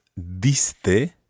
diste